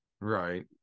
Right